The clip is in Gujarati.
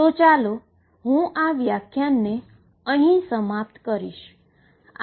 તો ચાલો હું આ વ્યાખ્યાનને અહીં સમાપ્ત કરીએ